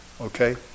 Okay